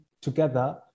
together